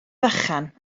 bychan